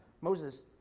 Moses